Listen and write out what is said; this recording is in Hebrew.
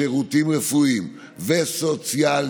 שירותים רפואיים וסוציאליים,